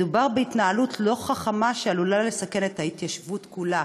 מדובר בהתנהלות לא חכמה שעלולה לסכן את ההתיישבות כולה.